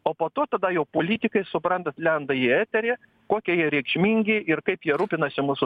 o po to tada jau politikai suprantat lenda į eterį kokie jie reikšmingi ir kaip jie rūpinasi mūsų